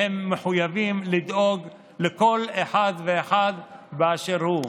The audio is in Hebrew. והם מחויבים לדאוג לכל אחד ואחד באשר הוא.